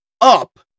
up